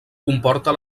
comporta